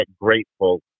grateful